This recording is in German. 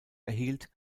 erhielt